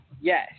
yes